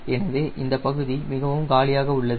எனவே இந்த பகுதி மிகவும் காலியாக உள்ளது